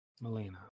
Melina